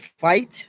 fight